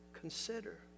consider